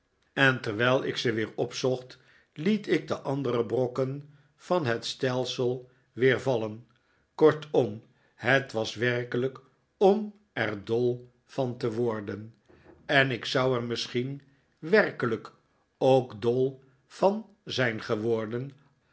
en terwijl ik ze weer opzocht liet ik de andere brokken van het stelsel weer vallen kortom het was werkelijk om er dol van te worden en ik zou er misschien werkelijk ook dol van zijn geworden